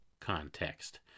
context